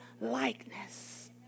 likeness